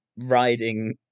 riding